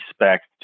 respect